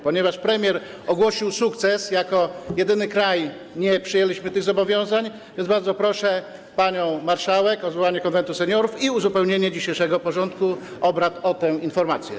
Ponieważ premier ogłosił sukces - jako jedyny kraj nie przyjęliśmy tych zobowiązań - więc bardzo proszę panią marszałek o zwołanie Konwentu Seniorów i uzupełnienie dzisiejszego porządku obrad o tę informację.